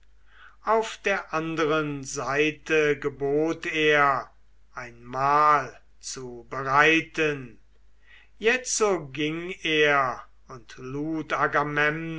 auf der anderen seite gebot er ein mahl zu bereiten jetzo ging er und